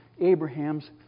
Abraham's